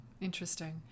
Interesting